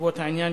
בנסיבות העניין,